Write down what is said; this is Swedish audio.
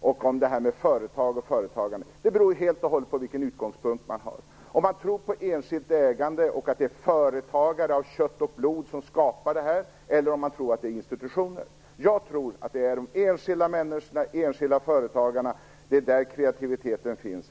och detta med företag och företagande. Det beror helt och hållet på vilken utgångspunkt man har och om man tror på enskilt ägande och att det är företagare av kött och blod som skapar detta eller om man tror att det är institutioner. Jag tror att det är de enskilda människorna och enskilda företagarna. Det är där kreativiteten finns.